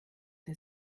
der